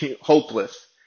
hopeless